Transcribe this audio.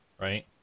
right